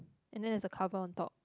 and then there's a cover on top